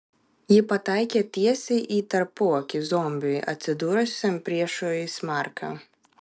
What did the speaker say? ji pataikė tiesiai į tarpuakį zombiui atsidūrusiam priešais marką